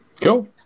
Cool